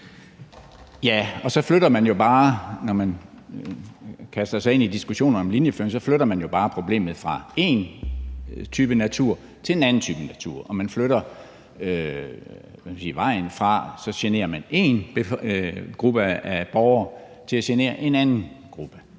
når man kaster sig ind i diskussioner om linjeføring, flytter man jo bare problemet fra én type natur til en anden type natur, og man flytter vejen fra at genere én gruppe af borgere til at genere en anden gruppe